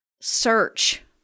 search